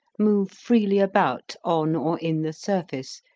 move freely about, on or in the surface,